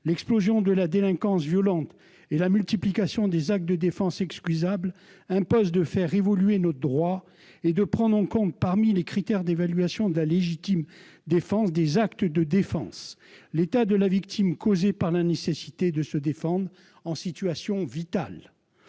L'explosion de la délinquance violente et la multiplication des actes de défense excusables imposent de faire évoluer notre droit et de prendre en compte, parmi les critères d'évaluation de la légitimité des actes de défense, l'état de la victime causé par la nécessité de se défendre en situation vitale.